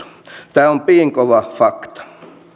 tämä on piinkova fakta